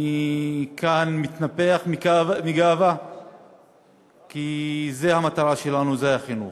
אני כאן מתנפח מגאווה כי זו המטרה שלנו, החינוך.